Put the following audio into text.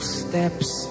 steps